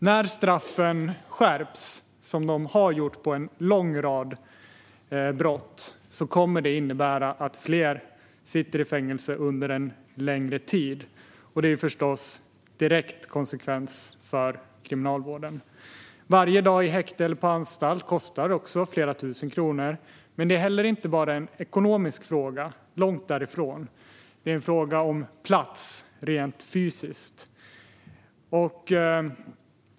När straffen skärps, vilket har skett för en lång rad brott, kommer fler att sitta i fängelse under längre tid. Det får förstås direkta konsekvenser för Kriminalvården. Varje dag i häkte eller på anstalt kostar flera tusen kronor. Men det är inte bara en ekonomisk fråga - långt därifrån. Det är en fråga om plats, rent fysiskt.